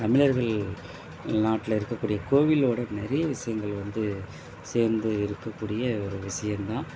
தமிழர்கள் நாட்ல இருக்கக்கூடிய கோவிலோட நிறைய விஷயங்கள் வந்து சேர்ந்து இருக்கக்கூடிய ஒரு விஷயம் தான்